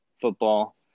football